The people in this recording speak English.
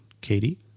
Katie